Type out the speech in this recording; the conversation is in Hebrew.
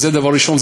אז זה דבר ראשון,